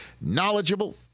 knowledgeable